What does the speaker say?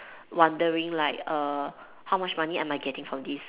wondering like err how much money am I getting from this